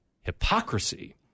hypocrisy